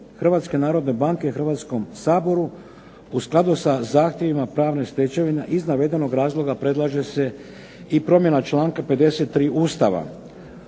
Hrvatske narodne banke Hrvatskom saboru u skladu sa zahtjevima pravne stečevine. Iz navedenog razloga predlaže se i promjena članka 53. Ustava.